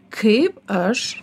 kaip aš